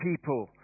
people